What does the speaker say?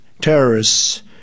terrorists